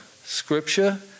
scripture